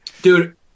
Dude